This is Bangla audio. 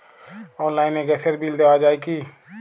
অনলাইনে গ্যাসের বিল দেওয়া যায় কি?